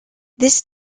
this